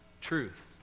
truth